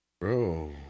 bro